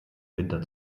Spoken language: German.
winter